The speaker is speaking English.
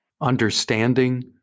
understanding